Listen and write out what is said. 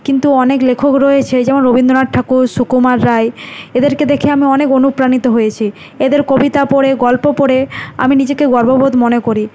কিন্তু অনেক লেখক রয়েছে যেমন রবীন্দ্রনাথ ঠাকুর সুকুমার রায় এদেরকে দেখে আমি অনেক অনুপ্রাণিত হয়েছি এদের কবিতা পড়ে গল্প পড়ে আমি নিজেকে গর্ববোধ মনে করি